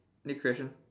next question